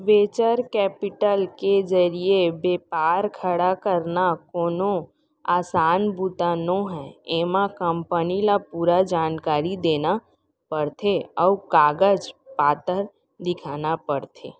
venture capital के जरिए बेपार खड़ा करना कोनो असान बूता नोहय एमा कंपनी ल पूरा जानकारी देना परथे अउ कागज पतर दिखाना परथे